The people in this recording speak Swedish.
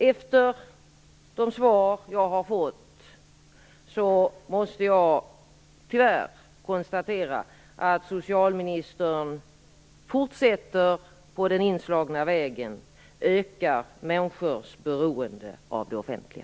Efter de svar jag har fått måste jag tyvärr konstatera att socialministern fortsätter på den inslagna vägen och ökar människors beroende av det offentliga.